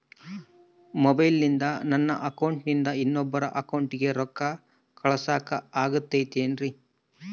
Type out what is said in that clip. ಮೊಬೈಲಿಂದ ನನ್ನ ಅಕೌಂಟಿಂದ ಇನ್ನೊಬ್ಬರ ಅಕೌಂಟಿಗೆ ರೊಕ್ಕ ಕಳಸಾಕ ಆಗ್ತೈತ್ರಿ?